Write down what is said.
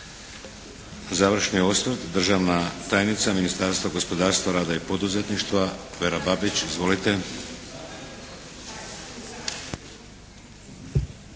Završni osvrt, državna tajnica Ministarstva gospodarstva, rada i poduzetništva, Vera Babić. Izvolite.